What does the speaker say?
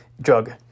drug